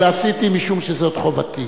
אלא עשיתי משום שזאת חובתי.